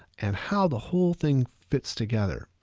and how the whole thing fits together.